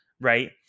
Right